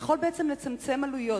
יכול בעצם לצמצם עלויות.